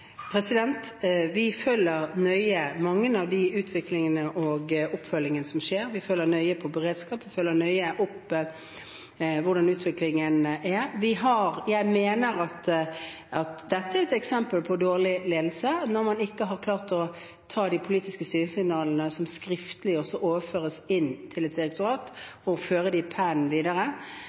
Vi følger nøye med på beredskapsfeltet, og vi følger nøye opp hvordan utviklingen er. Jeg mener at det er et eksempel på dårlig ledelse når man ikke har klart å ta de politiske styringssignalene som har kommet skriftlig til et direktorat, og føre dem videre i pennen. Dette betyr at de